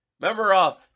Remember